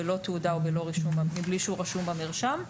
בלא תעודה ומבלי שהוא רשום במרשם.